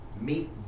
meet